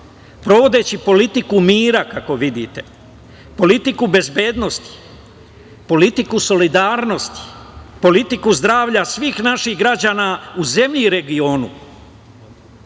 provodeći politiku mira, kako vidite, politiku bezbednosti, politiku solidarnosti, politiku zdravlja svih naših građana u zemlji i regionu,